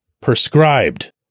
prescribed